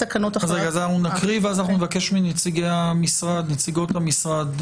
אז אנחנו נקריא ואז אנחנו נבקש מנציגי ומנציגות המשרד,